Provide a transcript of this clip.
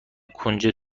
کنجد